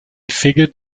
figured